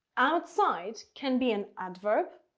outside can be an adverb?